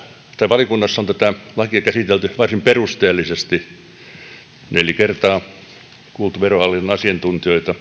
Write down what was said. valiokunnassa on tätä lakia käsitelty varsin perusteellisesti neljä kertaa kuultu verohallinnon asiantuntijoita